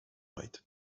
oed